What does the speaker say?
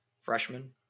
freshman